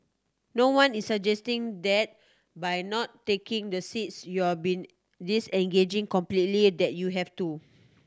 no one is suggesting that by not taking the seats you been disengaging completely that you have to